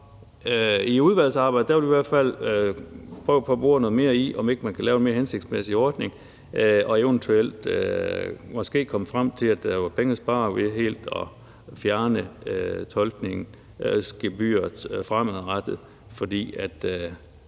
i udvalgsarbejdet vil vi i hvert fald prøve på at bore noget mere i, om ikke man kan lave en mere hensigtsmæssig ordning og måske eventuelt komme frem til, at der var penge at spare ved helt at fjerne tolkningsgebyret fremadrettet, fordi